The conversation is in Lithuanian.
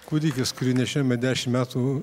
kūdikis kurį nešiojome dešimt metų